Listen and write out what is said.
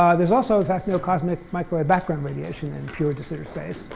um there's also, in fact, no cosmic microwave background radiation in pure de sitter space,